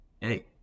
hey